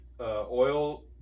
oil